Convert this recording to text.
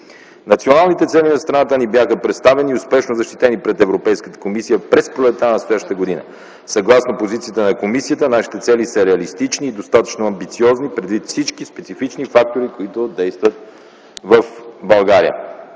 Националните цели на страната ни бяха представени и успешно защитени пред Европейската комисия през пролетта на настоящата година. Съгласно позицията на комисията нашите цели са реалистични и достатъчно амбициозни, предвид всички специфични фактори, които действат в България.